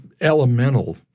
elemental